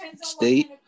state